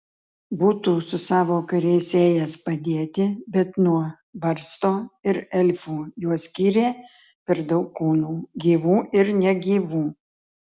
būtų su savo kariais ėjęs padėti bet nuo barsto ir elfų juos skyrė per daug kūnų gyvų ir negyvų